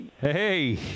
Hey